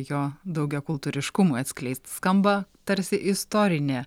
jo daugiakultūriškumui atskleisti skamba tarsi istorinė